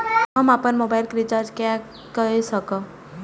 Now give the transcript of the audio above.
हम अपन मोबाइल के रिचार्ज के कई सकाब?